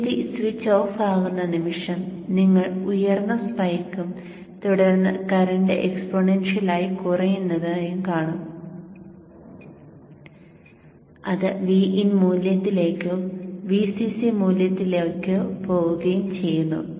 BJT switch off ആകുന്ന നിമിഷം നിങ്ങൾ ഉയർന്ന സ്പൈക്കും തുടർന്ന് കറന്റ് എക്സ്പെണൻഷ്യലായി കുറയുന്നതായും കാണുകയും Vin മൂല്യത്തിലേക്കോ VCC മൂല്യത്തിലേക്കോ പോകുകയും ചെയ്യുന്നു